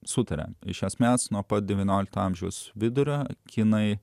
sutaria iš esmės nuo pat devyniolikto amžiaus vidurio kinai